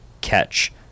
catch